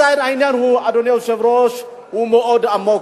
אז העניין הוא, אדוני היושב-ראש, מאוד עמוק.